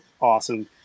awesome